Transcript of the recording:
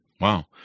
Wow